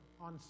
on